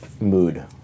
Mood